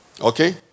Okay